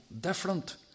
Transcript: different